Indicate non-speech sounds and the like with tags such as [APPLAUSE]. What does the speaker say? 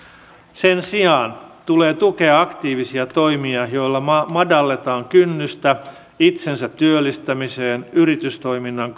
sen sijaan tulee tukea aktiivisia toimia joilla madalletaan kynnystä itsensä työllistämiseen yritystoiminnan [UNINTELLIGIBLE]